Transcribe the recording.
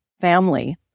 family